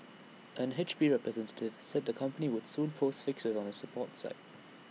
an H P representative said the company would soon post fixes on its support site